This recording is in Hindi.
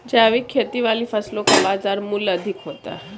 जैविक खेती वाली फसलों का बाजार मूल्य अधिक होता है